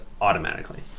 automatically